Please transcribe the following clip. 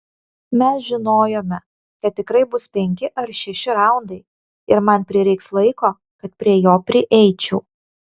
mes žinojome kad tikrai bus penki ar šeši raundai ir man prireiks laiko kad prie jo prieičiau